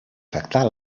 afectar